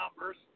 numbers